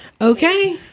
Okay